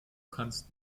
kannst